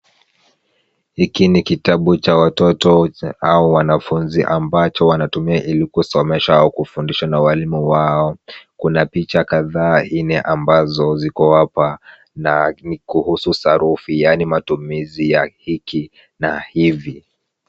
Hiki ni kitabu cha watoto au wanafunzi ambacho wanatumia ili kusomeshwa au kufundishwa na walimu wao. Kuna picha kadhaa nne ambazo ziko hapa na ni kuhusu sarufi yaani matumizi ya hiki na hivi.